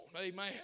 Amen